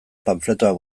panfletoak